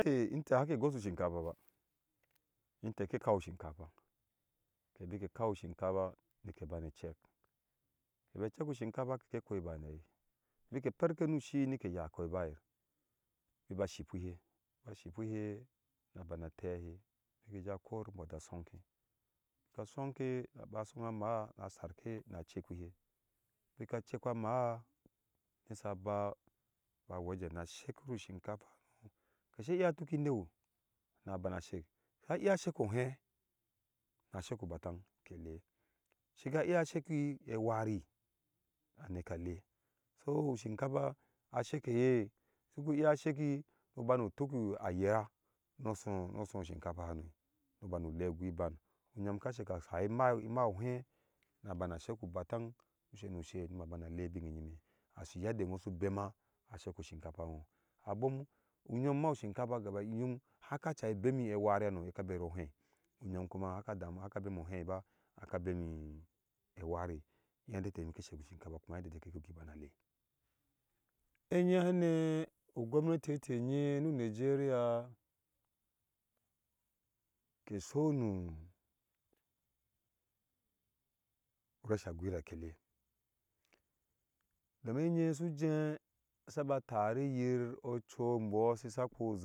Ɛ inte have gosu shinkaf ba intɛɛ kɛ kawi shinkafa ke bike kawi shinkafa nike bane cɛk kɛbɛ cɛk ushinkapa kɛkɛ koi bayir na hai nikɛ per ke nu si nike yaa koi bayir niba shikpihe ba shi kpihe na bana tɛhɛɛ biki ja kor bɔɔ ja sonkɛ ba sonkɛ ba song a maa mbɔɔ sarke nu kpwihe bike chekpaa maa nisa ba ba wɛjɛhn na shɛku ushinkapa hano kɛsɛ iya tuki ineu na bana sɛksa iya sɛkɔɔ uhɛɛ na sɛku batang kɛ lɛɛ shiga iya sɛki ɛwari aneke a lɛɛ sɔɔ ushinkapa asɛkɛ yɛ sugu iya sɛki ni ubanu tuk ayɛa no suɔ nɔ suɔ shinkspa hano nu banu lɛɛ ugui ban u ŋyom ka sɛkɛ hai hai imai imai ohe na bana seku batang usenu se nima ba na lɛɛ bine ŋyime yedde ŋwo su bema a sɛkɔɔ shinkapa nwo abom u nyom ma ushinkapa gaba uŋyom hakaca bemi ewari hano yɛ ka berɔɔ ɔhei u ŋyomhaka damu haka bemo ohɛi ba aka bemi ewari yende ɛtɛ ŋyom ke seku shinkapa kuma uyende ɛtɛ ŋyom kɛ gui bana lɛi ɛŋye hane ugɔunati ɛtɛ ŋye nu ŋigeria kesonu vesa gbira kele domin ɛnye su jesaba tari yir oɔchui mbɔɔ sisa kpu.